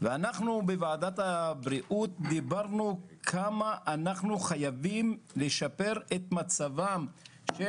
ואנחנו בוועדת הבריאות כבר דיברנו על כמה אנחנו חייבים לשפר את מצבם של